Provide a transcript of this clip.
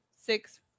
six